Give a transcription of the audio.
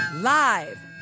Live